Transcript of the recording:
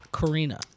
Karina